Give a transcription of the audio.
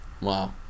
wow